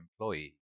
employee